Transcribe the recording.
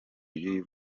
ry’uyu